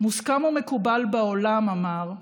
"מוסכם ומקובל בעולם", אמר,